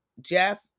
Jeff